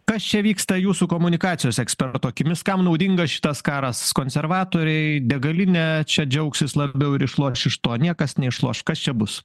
kas čia vyksta jūsų komunikacijos eksperto akimis kam naudingas šitas karas konservatoriai degalinė čia džiaugsis labiau ir išloš iš to niekas neišloš kas čia bus